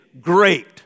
great